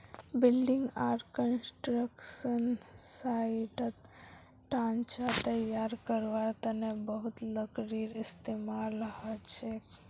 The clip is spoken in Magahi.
बिल्डिंग आर कंस्ट्रक्शन साइटत ढांचा तैयार करवार तने बहुत लकड़ीर इस्तेमाल हछेक